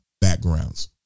backgrounds